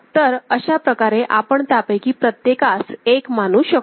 तर अशा प्रकारे आपण त्यापैकी प्रत्येकास 1 मानू शकतो